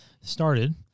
started